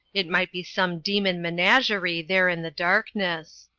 it might be some demon menagerie, there in the darkness.